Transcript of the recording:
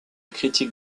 critique